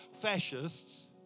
fascists